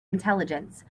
intelligence